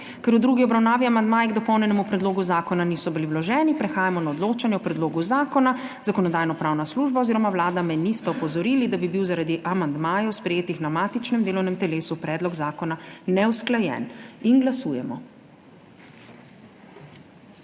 Ker v drugi obravnavi amandmaji k dopolnjenemu predlogu zakona niso bili vloženi, prehajamo na odločanje o predlogu zakona. Zakonodajno-pravna služba oziroma Vlada me nista opozorili, da bi bil zaradi amandmajev, sprejetih na matičnem delovnem telesu, predlog zakona neusklajen. Glasujemo.